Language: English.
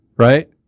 Right